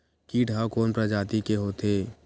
कीट ह कोन प्रजाति के होथे?